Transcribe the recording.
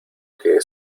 que